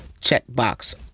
checkbox